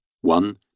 one